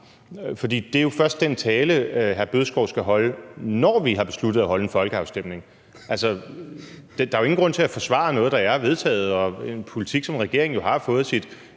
For det er jo først den tale, den fungerende finansminister skal holde, når vi har besluttet at holde en folkeafstemning. Altså, der er jo ingen grund til at forsvare noget, der er vedtaget – en politik, som regeringen har fået sit